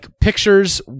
pictures